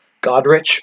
Godrich